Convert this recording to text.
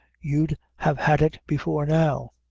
you'd have had it before now.